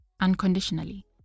unconditionally